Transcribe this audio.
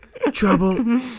Trouble